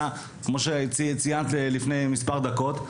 כמו שציינת לפני מספר דקות.